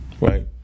Right